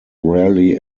rarely